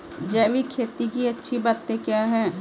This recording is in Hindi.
जैविक खेती की अच्छी बातें क्या हैं?